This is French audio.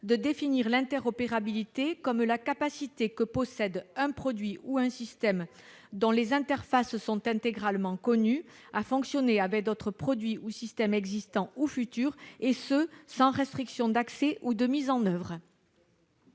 de définir l'interopérabilité comme la capacité que possède un produit ou un système dont les interfaces sont intégralement connues à fonctionner avec d'autres produits ou systèmes existants ou futurs, et ce sans restriction d'accès ou de mise en oeuvre.